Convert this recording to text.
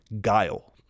Guile